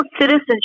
citizenship